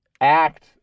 act